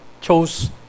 chose